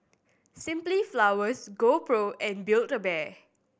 Simply Flowers GoPro and Build A Bear